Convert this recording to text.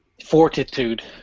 Fortitude